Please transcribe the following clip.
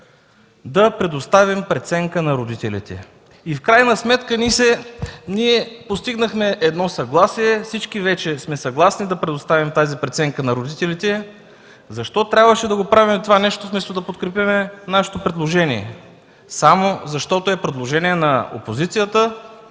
е предложението на колегите от ГЕРБ. В крайна сметка постигнахме съгласие и всички сме съгласни да предоставим тази преценка на родителите. Защо трябваше да правим това нещо, вместо да подкрепим нашето предложение? – Само защото е предложение на опозицията?